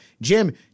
Jim